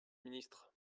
ministre